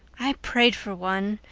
i prayed for one,